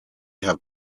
have